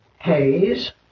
Hayes